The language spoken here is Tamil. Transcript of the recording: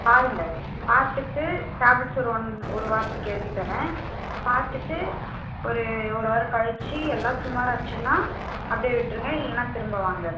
பாருங்க பார்த்துட்டு டேப்லட்ஸ் ஒரு ஒன் ஒரு வாரத்துக்கு எழுதித்தரேன் பார்த்துட்டு ஒரு ஒரு வாரம் கழிச்சி எல்லாம் சுமாராச்சின்னா அப்படியே விட்டுருங்க இல்லைன்னா திரும்ப வாங்க